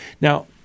Now